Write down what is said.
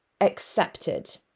accepted